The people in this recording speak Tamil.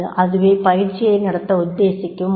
அதுவே பயிற்சியை நடத்த உத்தேசிக்கும் முறை